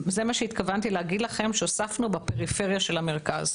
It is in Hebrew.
זה מה שהתכוונתי להגיד לכם שהוספנו בפריפריה של המרכז.